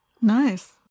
Nice